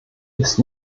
ist